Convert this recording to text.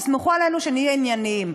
תסמכו עלינו שנהיה ענייניים,